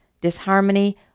disharmony